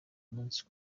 munsi